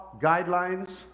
guidelines